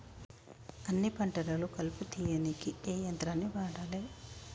అన్ని పంటలలో కలుపు తీయనీకి ఏ యంత్రాన్ని వాడాలే?